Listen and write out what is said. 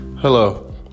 Hello